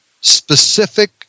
specific